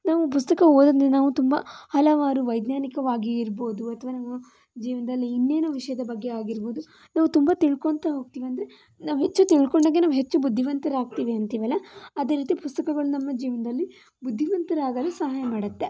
ನಾವು ಪುಸ್ತಕ ಓದೋದರಿಂದ ನಾವು ತುಂಬ ಹಲವಾರು ವೈಜ್ಞಾನಿಕಾವಾಗಿ ಇರ್ಬೋದು ಅಥವಾ ನಾವು ಜೀವನದಲ್ಲಿ ಇನ್ನೇನು ವಿಷಯದ ಬಗ್ಗೆ ಆಗಿರ್ಬೋದು ನಾವು ತುಂಬ ತಿಳ್ಕೊಳ್ತಾ ಹೋಗ್ತೀವಿ ಅಂದರೆ ನಾವು ಹೆಚ್ಚು ತಿಳ್ಕೊಂಡಂಗೆ ನಾವು ಹೆಚ್ಚು ಬುದ್ಧಿವಂತರಾಗ್ತೀವಿ ಅಂತೀವಲ್ಲ ಅದೆ ರೀತಿ ಪುಸ್ತಕಗಳು ನಮ್ಮ ಜೀವನದಲ್ಲಿ ಬುದ್ಧಿವಂತರಾಗಲು ಸಹಾಯ ಮಾಡುತ್ತೆ